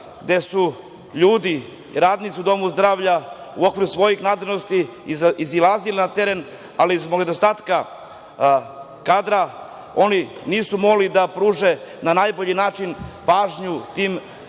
gde su ljudi, radnici u domu zdravlja u okviru svojih nadležnosti, izlazili na teren, ali zbog nedostatka kadra oni nisu mogli da pruže na najbolji način pažnju tim koji